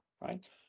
right